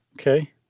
Okay